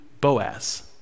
Boaz